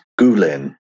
gulen